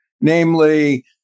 namely